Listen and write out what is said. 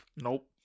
Nope